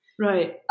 Right